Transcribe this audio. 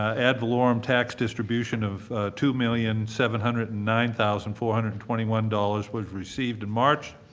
ad valorem tax distribution of two million seven hundred and nine thousand four hundred and twenty one dollars was received in march,